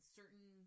certain